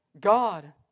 God